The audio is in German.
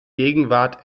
gegenwart